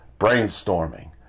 brainstorming